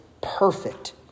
perfect